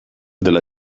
della